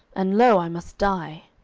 and, lo, i must die.